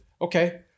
okay